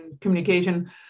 communication